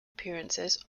appearances